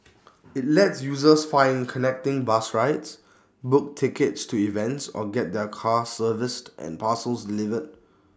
IT lets users find connecting bus rides book tickets to events or get their cars serviced and parcels delivered